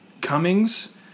Cummings